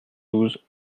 douze